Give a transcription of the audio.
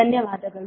ಧನ್ಯವಾದಗಳು